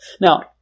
Now